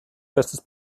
festes